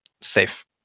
safe